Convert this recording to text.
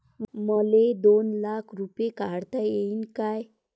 मले दोन लाख रूपे काढता येईन काय?